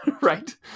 right